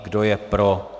Kdo je pro?